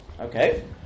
Okay